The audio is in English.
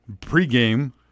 pre-game